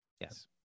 Yes